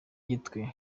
gitwe